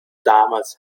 damals